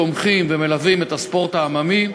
תומכים ומלווים את הספורט העממי,